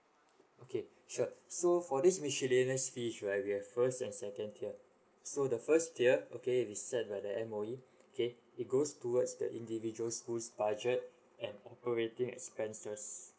okay sure so for this miscellaneous fees right we have first and second tier so the first tier okay which is set by the M_O_E okay it goes towards the individual school's budget and operating expenses